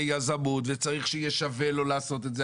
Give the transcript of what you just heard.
יזמות וצריך שיהיה שווה לו לעשות את זה,